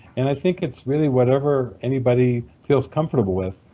and i think it's really whatever anybody feels comfortable with.